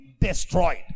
destroyed